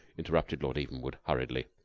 interrupted lord evenwood, hurriedly.